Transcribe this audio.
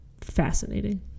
fascinating